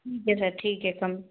जी sir ठीक है कम